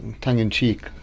tongue-in-cheek